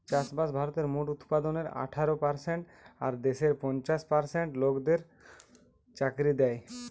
চাষবাস ভারতের মোট উৎপাদনের আঠারো পারসেন্ট আর দেশের পঞ্চাশ পার্সেন্ট লোকদের চাকরি দ্যায়